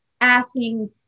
asking